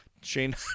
Shane